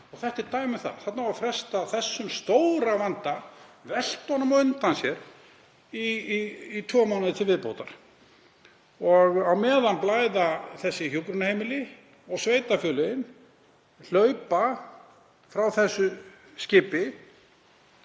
Þetta er dæmi um það. Þarna á að fresta þessum stóra vanda, velta honum á undan sér í tvo mánuði til viðbótar. Á meðan blæðir þessum hjúkrunarheimilum og sveitarfélögin hlaupa frá þessu skipi,